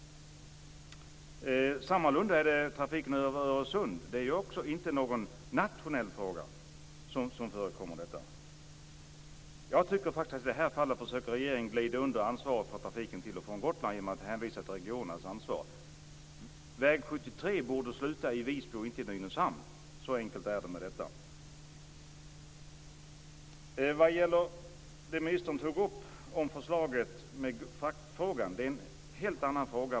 Sammalunda gäller trafiken över Öresund. Det är inte en nationell fråga. I det här fallet försöker regeringen genom att hänvisa till regionernas ansvar glida undan ansvaret för trafiken till och från Gotland. Väg 73 borde sluta i Visby, inte i Nynäshamn. Så enkelt är det. Ministern tog upp förslaget om fackfrågan. Det är en helt annan fråga.